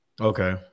Okay